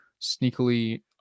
sneakily